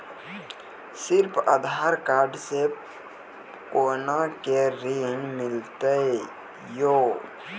सिर्फ आधार कार्ड से कोना के ऋण मिलते यो?